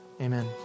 amen